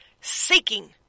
seeking